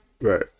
Right